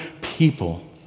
people